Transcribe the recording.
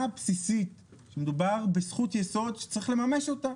הבסיסית שמדובר בזכות-יסוד שצריך לממש אותה,